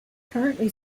currently